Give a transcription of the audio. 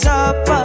up